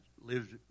lives